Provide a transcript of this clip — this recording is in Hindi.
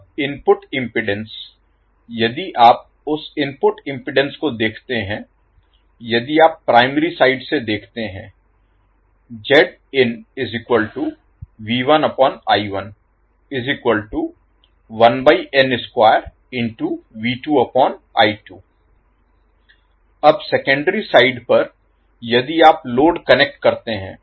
अब इनपुट इम्पीडेन्स यदि आप उस इनपुट इम्पीडेन्स को देखते हैं यदि आप प्राइमरी साइड से देखते हैं अब सेकेंडरी साइड पर यदि आप लोड कनेक्ट करते हैं